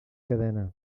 cadena